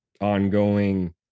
ongoing